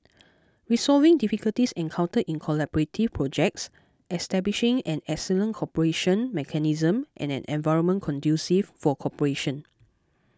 resolving difficulties encountered in collaborative projects establishing an excellent cooperation mechanism and an environment conducive for cooperation